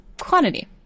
quantity